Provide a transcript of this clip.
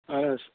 اہن حظ